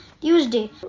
Tuesday